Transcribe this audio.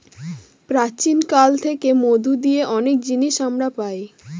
প্রাচীন কাল থেকে মধু দিয়ে অনেক জিনিস আমরা পায়